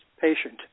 patient